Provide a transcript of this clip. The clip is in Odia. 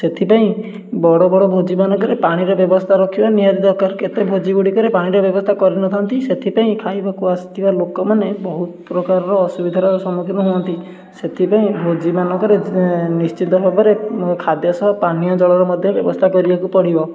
ସେଥିପାଇଁ ବଡ଼ ବଡ଼ ଭୋଜି ମାନଙ୍କରେ ପାଣିର ବ୍ୟବସ୍ଥା ରଖିବା ନିହାତି ଦକାର କେତେ ଭୋଜି ଗୁଡ଼ିକରେ ପାଣିର ବ୍ୟବସ୍ଥା କରିନଥାନ୍ତି ସେଥିପାଇଁ ଖାଇବାକୁ ଆସିଥିବା ଲୋକମାନେ ବହୁତ ପ୍ରକାରର ଅସୁବିଧାର ସମ୍ମୁଖୀନ ହୁଅନ୍ତି ସେଥିପାଇଁ ଭୋଜି ମାନଙ୍କରେ ନିଶ୍ଚିତ ଭାବରେ ଖାଦ୍ୟ ସହ ପାନୀୟ ଜଳର ମଧ୍ୟ ବ୍ୟବସ୍ଥା କରିବାକୁ ପଡ଼ିବ